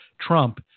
Trump